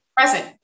present